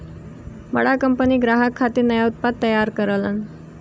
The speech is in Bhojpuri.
बड़ा कंपनी ग्राहक खातिर नया उत्पाद तैयार करलन